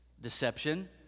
Deception